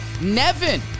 Nevin